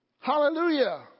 Hallelujah